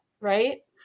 right